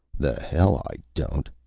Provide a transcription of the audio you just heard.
the hell i don't,